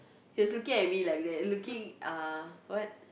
he was looking at me like that looking at me like that looking ah what